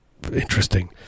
interesting